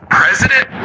president